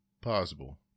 possible